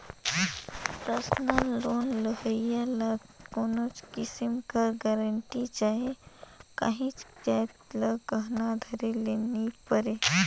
personal loan लेहोइया ल कोनोच किसिम कर गरंटी चहे काहींच जाएत ल गहना धरे ले नी परे